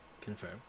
confirm